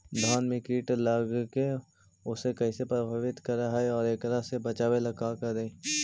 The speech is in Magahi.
धान में कीट लगके उसे कैसे प्रभावित कर हई और एकरा से बचेला का करल जाए?